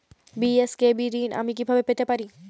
BSKB ঋণ আমি কিভাবে পেতে পারি?